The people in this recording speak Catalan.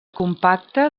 compacta